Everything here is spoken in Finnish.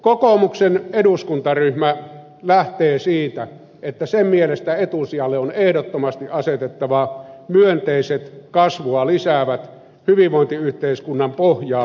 kokoomuksen eduskuntaryhmä lähtee siitä että sen mielestä etusijalle on ehdottomasti asetettava myönteiset kasvua lisäävät hyvinvointiyhteiskunnan pohjaa vahvistavat keinot